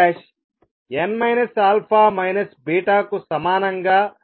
α β కు సమానంగా ఉండాలి